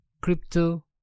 Crypto